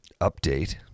Update